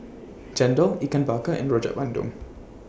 Chendol Ikan Bakar and Rojak Bandung